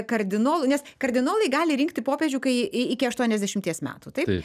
kardinolų nes kardinolai gali rinkti popiežių kai iki aštuoniasdešimties metų taip